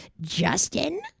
Justin